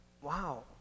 wow